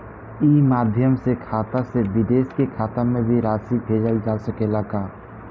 ई माध्यम से खाता से विदेश के खाता में भी राशि भेजल जा सकेला का?